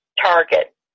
target